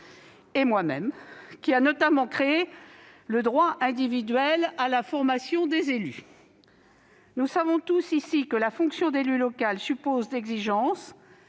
et moi-même, qui a créé notamment le droit individuel à la formation des élus locaux. Nous savons tous ici ce que la fonction d'élu local suppose d'exigences,